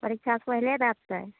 परीक्षासँ पहिले दए देतै